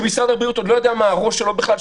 כשמשרד הבריאות עוד לא יודע מה הראש שלו בכלל,